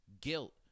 guilt